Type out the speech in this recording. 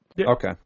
Okay